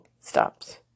stops